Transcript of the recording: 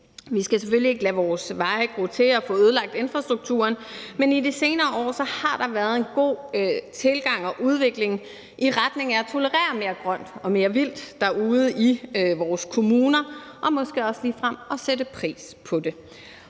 Vi skal selvfølgelig ikke lade vores veje gro til og få ødelagt infrastrukturen, men i de senere år har der været en god tilgang og udvikling i retning af at tolerere mere grønt og mere vildt derude i vores kommuner og måske også ligefrem at sætte pris på det.